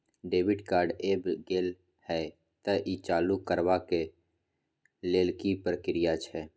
Debit card ऐब गेल हैं त ई चालू करबा के लेल की प्रक्रिया छै?